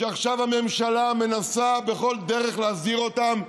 שעכשיו הממשלה מנסה בכל דרך להסדיר אותם,